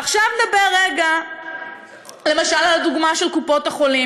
עכשיו נדבר רגע, למשל, על הדוגמה של קופות-החולים.